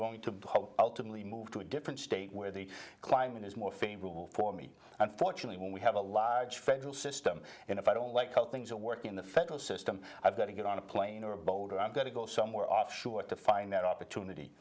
going to ultimately move to a different state where the climate is more favorable for me unfortunately when we have a large federal system and if i don't like things that work in the federal system i've got to get on a plane or a boat got to go somewhere offshore to find that opportunity